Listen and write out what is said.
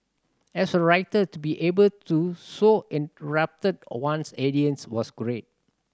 as a writer to be able to so one's was great